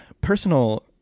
Personal